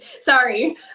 Sorry